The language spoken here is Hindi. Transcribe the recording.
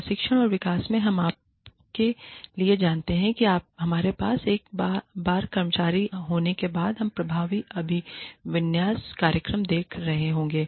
प्रशिक्षण और विकास में हम आपके लिए जानते हैं कि हमारे पास एक बार कर्मचारी होने के बाद हम प्रभावी अभिविन्यास कार्यक्रम देख रहे होंगे